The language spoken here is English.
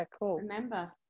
remember